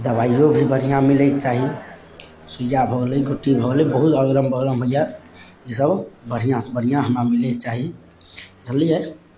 दबाइयो भी बढ़िआँ मिलयके चाही सुइया भऽ गेलै गोटी भऽ गेलै बहुत अगड़म बगड़म होइए इसब बढ़िआँसँ बढ़िआँ हमरा मिलयके चाही जनलियै